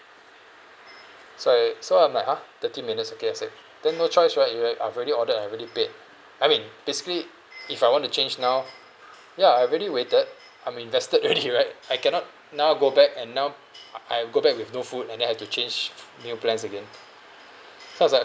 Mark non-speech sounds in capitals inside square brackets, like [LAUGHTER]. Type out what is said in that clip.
so I so I'm like hah thirty minutes okay I said then no choice right you have I've already ordered I already paid I mean basically if I want to change now ya I already waited I mean that's the irony [LAUGHS] right I cannot now go back and now I I go back with no food and then I have to change new plans again so I was like